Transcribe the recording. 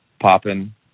popping